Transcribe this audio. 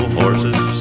horses